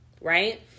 right